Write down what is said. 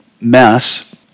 mess